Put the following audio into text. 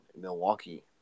Milwaukee